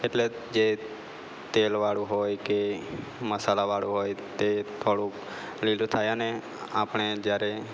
એટલે જે તેલવાળું હોય કે મસાલાવાળું હોય તે થોડું લીલું થાય અને આપણે જ્યારે